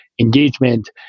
engagement